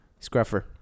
Scruffer